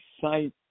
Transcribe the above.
Site